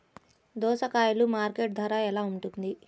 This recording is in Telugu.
దోసకాయలు మార్కెట్ ధర ఎలా ఉంటుంది?